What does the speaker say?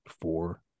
Four